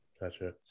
Gotcha